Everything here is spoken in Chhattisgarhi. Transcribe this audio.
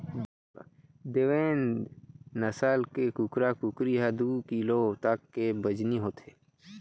देवेन्द नसल के कुकरा कुकरी ह दू किलो तक के बजनी होथे